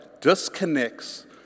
disconnects